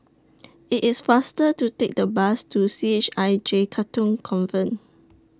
IT IS faster to Take The Bus to C H I J Katong Convent